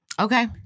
Okay